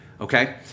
Okay